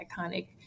iconic